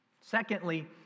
Secondly